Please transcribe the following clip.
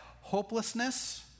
hopelessness